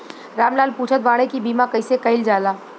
राम लाल पुछत बाड़े की बीमा कैसे कईल जाला?